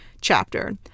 chapter